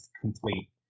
complete